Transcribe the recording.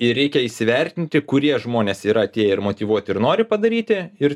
ir reikia įsivertinti kurie žmonės yra tie ir motyvuoti ir nori padaryti ir